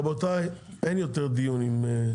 פרסומת לתו נכה מכוונת למי שהוא נכה וצריך תו נכה,